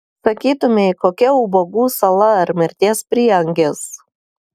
sakytumei kokia ubagų sala ar mirties prieangis